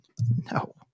no